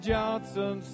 Johnson